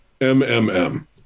MMM